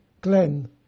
Glenn